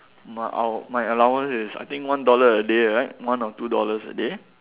my our my allowance is I think is one dollar right one or two dollars a day